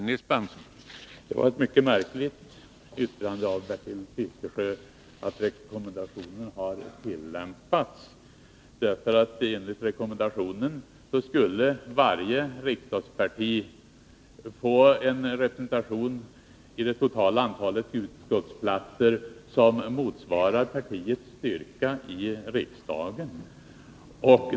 Herr talman! Det var ett mycket märkligt yttrande av Bertil Fiskesjö, att rekommendationen har tillämpats. Enligt rekommendationen skulle varje riksdagsparti få en representation i det totala antalet utskottsplatser som motsvarar partiets styrka i riksdagen.